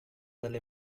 dalle